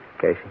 Casey